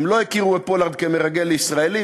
הם לא הכירו בפולארד כמרגל ישראלי,